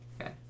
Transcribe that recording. Okay